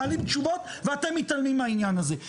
מעלים שאלות ואתם מתעלמים מהעניין הזה,